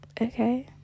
okay